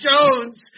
Jones